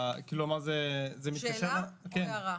זה מתקשר ל --- שאלה או הערה?